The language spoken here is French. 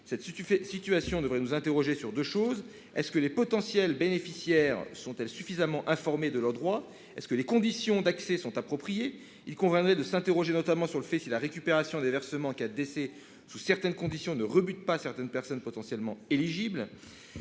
Cette situation devrait nous interroger sur deux points : les potentiels bénéficiaires sont-ils suffisamment informés de leurs droits ? Les conditions d'accès sont-elles appropriées ? Il convenait de se demander notamment si la récupération des versements en cas de décès sous certaines conditions ne rebute pas des personnes potentiellement éligibles.